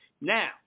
Now